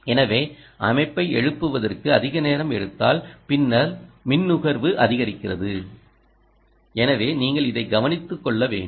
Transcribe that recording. எனவே அமைப்பை எழுப்புவதற்கு அதிக நேரம் எடுத்தால் பின்னர் மின் நுகர்வு அதிகரிக்கிறது எனவே நீங்கள் இதை கவனித்துக் கொள்ள வேண்டும்